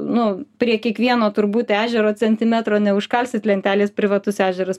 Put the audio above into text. nu prie kiekvieno turbūt ežero centimetro neužkalsit lentelės privatus ežeras